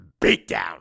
Beatdown